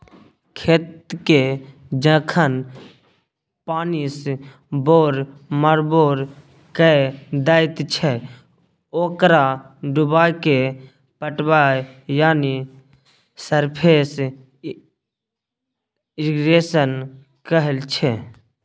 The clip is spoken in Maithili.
खेतकेँ जखन पानिसँ बोरमबोर कए दैत छै ओकरा डुबाएकेँ पटाएब यानी सरफेस इरिगेशन कहय छै